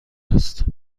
است